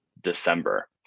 December